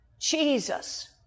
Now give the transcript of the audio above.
Jesus